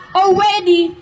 already